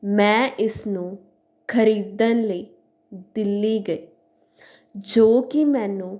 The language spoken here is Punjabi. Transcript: ਮੈਂ ਇਸਨੂੰ ਖਰੀਦਣ ਲਈ ਦਿੱਲੀ ਗਈ ਜੋ ਕਿ ਮੈਨੂੰ